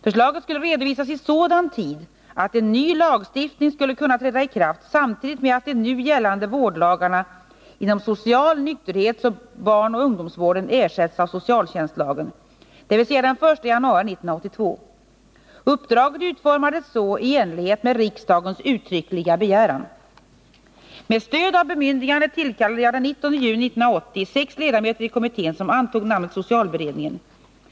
Förslaget skulle redovisas i sådan tid att en ny lagstiftning skulle kunna träda i kraft samtidigt med att de nu gällande vårdlagarna inom social-, nykterhetssamt barnoch ungdomsvården ersätts av socialtjänstlagstiftningen, dvs. den 1 januari 1982. Uppdraget utformades så i enlighet med riksdagens uttryckliga begäran . Med stöd av bemyndigandet tillkallade jag den 19 juni 1980 sex ledamöter i kommittén, som antog namnet socialberedningen.